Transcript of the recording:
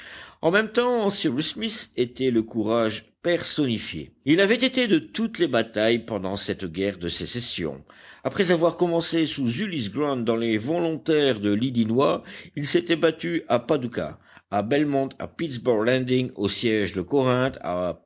en même temps cyrus smith était le courage personnifié il avait été de toutes les batailles pendant cette guerre de sécession après avoir commencé sous ulysse grant dans les volontaires de l'illinois il s'était battu à paducah à belmont à pittsburg landing au siège de corinth à